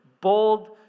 bold